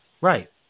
Right